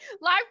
live